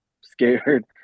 scared